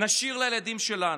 נשאיר לילדים שלנו.